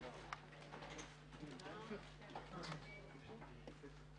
הישיבה נעולה.